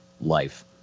life